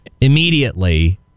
immediately